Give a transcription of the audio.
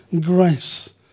grace